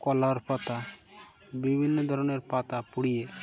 কলার পাতা বিভিন্ন ধরনের পাতা পুড়িয়ে